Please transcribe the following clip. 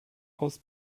aus